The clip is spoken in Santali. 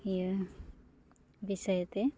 ᱤᱭᱟᱹ ᱵᱤᱥᱚᱭᱛᱮ